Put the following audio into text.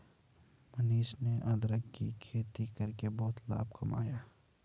मनीष ने अदरक की खेती करके बहुत लाभ कमाया